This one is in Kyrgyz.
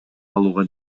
алууга